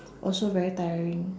also very tiring